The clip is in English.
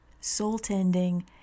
soul-tending